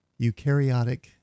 Eukaryotic